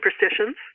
Superstitions